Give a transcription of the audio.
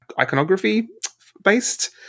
iconography-based